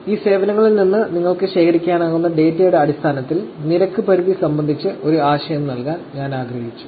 ഈ സേവനങ്ങളിൽ നിന്ന് നിങ്ങൾക്ക് ശേഖരിക്കാനാകുന്ന ഡാറ്റയുടെ അടിസ്ഥാനത്തിൽ നിരക്ക് പരിധി സംബന്ധിച്ച് ഒരു ആശയം നൽകാൻ ഞാൻ ആഗ്രഹിച്ചു